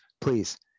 please